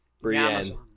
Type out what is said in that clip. Brienne